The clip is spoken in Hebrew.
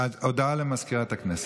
הודעה לסגנית מזכיר הכנסת.